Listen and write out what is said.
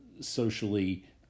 socially